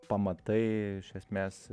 pamatai iš esmės